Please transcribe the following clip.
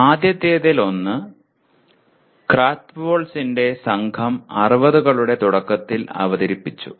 ആദ്യത്തേതിൽ ഒന്ന് ക്രാത്ത്വോളിന്റെ Krathwohl's സംഘം '60 കളുടെ തുടക്കത്തിൽ അവതരിപ്പിച്ചു